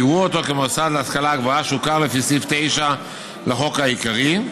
יראו אותו כמוסד להשכלה גבוהה שהוכר לפי סעיף 9 לחוק העיקרי,